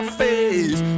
face